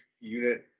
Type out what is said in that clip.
unit